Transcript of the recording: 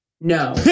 No